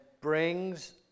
brings